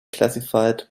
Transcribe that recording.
classified